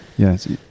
Yes